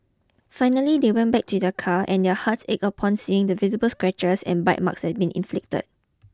finally they went back to their car and their hearts ached upon seeing the visible scratches and bite marks that had been inflicted